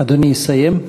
אדוני יסיים?